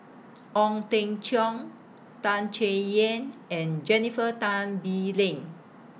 Ong Teng Cheong Tan Chay Yan and Jennifer Tan Bee Leng